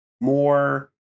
more